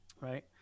right